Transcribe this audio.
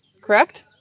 Correct